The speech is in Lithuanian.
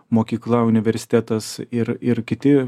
mokykla universitetas ir ir kiti